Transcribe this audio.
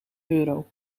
euro